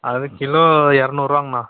அது கிலோ இரநூறுவாங்கண்ணா